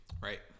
Right